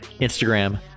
Instagram